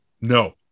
No